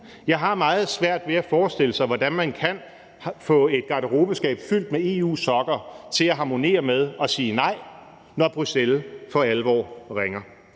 Jeg har meget svært ved at forestille mig, hvordan man kan få et garderobeskab fyldt med EU-sokker til at harmonere med at sige nej, når Bruxelles for alvor ringer.